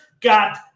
got